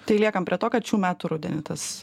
tai liekam prie to kad šių metų rudenį tas